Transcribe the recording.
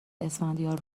اسفندیار